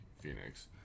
Phoenix